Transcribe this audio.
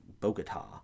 Bogota